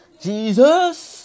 Jesus